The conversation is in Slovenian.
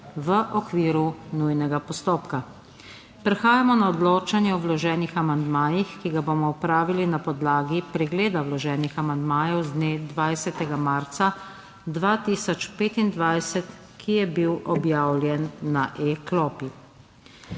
v okviru nujnega postopka. Prehajamo na odločanje o vloženih amandmajih, ki ga bomo opravili na podlagi pregleda vloženih amandmajev z dne 20. marca 2025, ki je bil objavljen na e-klopi.